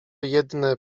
jedne